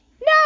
No